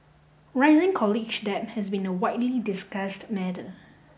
rising college debt has been a widely discussed matter